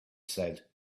said